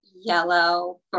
yellow